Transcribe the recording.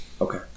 Okay